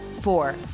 Four